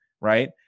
right